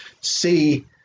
see